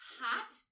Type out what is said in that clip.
hot